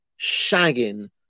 shagging